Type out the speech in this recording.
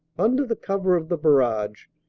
under the cover of the barrage,